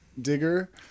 digger